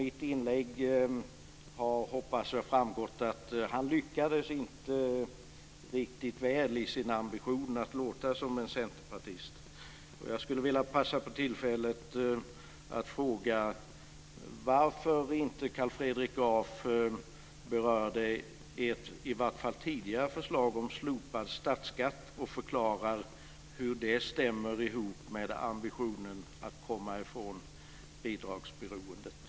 Jag hoppas att det har framgått av mitt inlägg att han inte lyckades riktigt väl i sin ambition att låta som en centerpartist. Jag skulle vilja passa på tillfället att fråga varför inte Carl Fredrik Graf berörde ert, i alla fall tidigare, förslag om slopad statsskatt och förklarade hur det går ihop med ambitionen att komma ifrån bidragsberoendet.